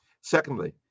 secondly